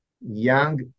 young